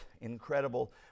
incredible